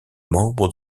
membres